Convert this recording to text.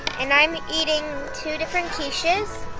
and i'm eating two different quiches,